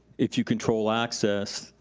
if you control access,